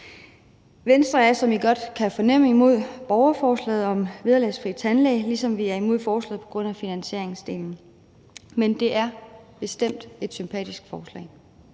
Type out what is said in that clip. Venstre er, som I godt kan fornemme, imod borgerforslaget om vederlagsfri tandlæge, ligesom vi er imod forslaget på grund af finansieringsdelen. Men det er bestemt et sympatisk forslag.